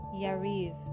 yariv